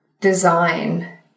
design